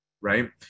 right